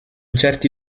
certi